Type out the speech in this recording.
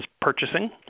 purchasing